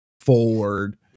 forward